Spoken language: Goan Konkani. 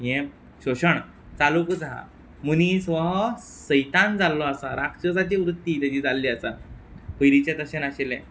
हें शोशण चालुकूच आसा मनीस हो सैतान जाल्लो आसा राक्षसाची वृत्ती तेजी जाल्ली आसा पयलींचे तशे नाशिल्ले